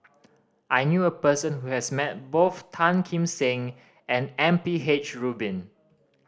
I knew a person who has met both Tan Kim Seng and M P H Rubin